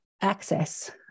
access